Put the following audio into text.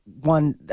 one